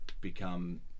become